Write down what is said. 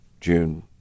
June